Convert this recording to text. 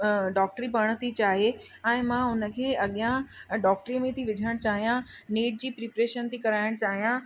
डॉक्टरी पढ़ण थी चाहे ऐं मां उन खे अॻियां डॉक्टरी में थी विझणु चाहियां नेट जी प्रिपरेशन थी कराइणु चाहियां